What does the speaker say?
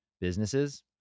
businesses